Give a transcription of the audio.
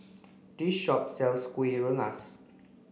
this shop sells Kuih Rengas